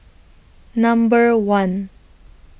Number one